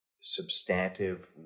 substantive